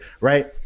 right